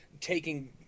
taking